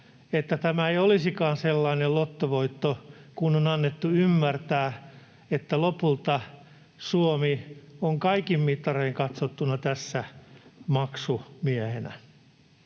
että tämä ei olisikaan sellainen lottovoitto kuin on annettu ymmärtää, että lopulta Suomi on kaikin mittarein katsottuna tässä maksumiehenä.